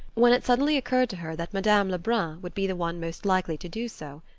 when it suddenly occurred to her that madame lebrun would be the one most likely to do so.